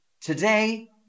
Today